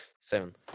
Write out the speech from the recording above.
Seven